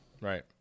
Right